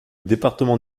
département